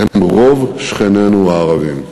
הם רוב שכנינו הערבים,